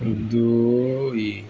ଦୁଇ